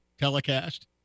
telecast